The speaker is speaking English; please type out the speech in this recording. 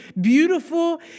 Beautiful